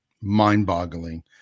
mind-boggling